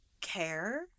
care